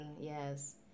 yes